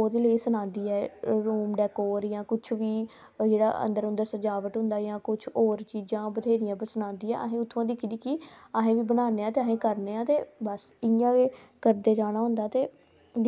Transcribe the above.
ओह्दे लेई गै सनांदी ऐ ओह् डेकोरेट जां कुछ बी होंदा जां अंदर अंदर सजावट होंदा जां कुछ होर चीज़ां बथ्हेरियां सनांदियां असें उसी दिक्खी दिक्खी असें बी बनाने आं ते अस बी करने असें इंया गै करदे जाना होंदा ते